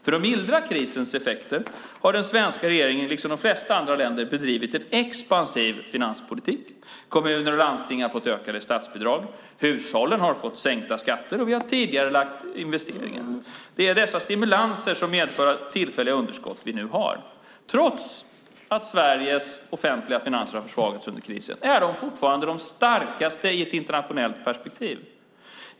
För att mildra krisens effekter har den svenska regeringen, liksom de flesta andra länder, bedrivit en expansiv finanspolitik. Kommuner och landsting har fått ökade statsbidrag, hushållen har fått sänkta skatter och vi har tidigarelagt investeringar. Det är dessa stimulanser som medför det tillfälliga underskott vi nu har. Trots att Sveriges offentliga finanser har försvagats under krisen är de fortfarande de starkaste i ett internationellt perspektiv.